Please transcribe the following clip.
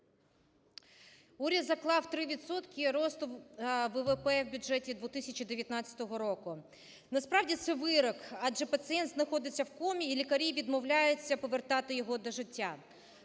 Уряд заклав 3 відсотки росту ВВП в бюджеті 2019 року. Насправді це вирок, адже пацієнт знаходиться в комі і лікарі відмовляються повертати його до життя.